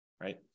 right